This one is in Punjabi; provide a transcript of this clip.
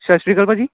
ਸਤਿ ਸ਼੍ਰੀ ਅਕਾਲ ਭਾਅ ਜੀ